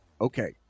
Okay